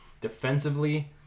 Defensively